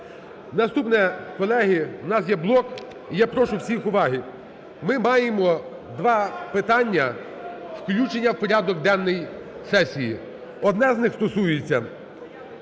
Наступне. Колеги, в нас є блок і я прошу всіх уваги. Ми маємо два питання включення в порядок денний сесії. Одне з них стосується